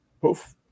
poof